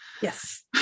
Yes